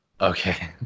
Okay